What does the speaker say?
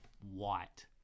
white